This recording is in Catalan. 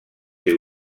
ser